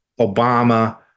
Obama